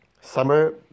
summer